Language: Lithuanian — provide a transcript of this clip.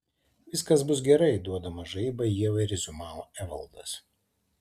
viskas bus gerai duodamas žaibą ievai reziumavo evaldas